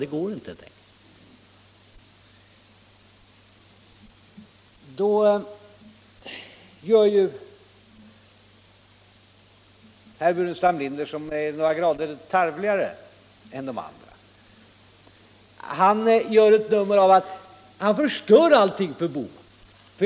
Det går helt enkelt inte. Herr Burenstam Linder, som är några grader tarvligare än de andra, förstör allting för Bohman.